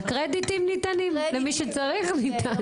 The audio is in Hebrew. הקרדיטים ניתנים, למי שצריך, ניתן.